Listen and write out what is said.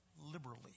liberally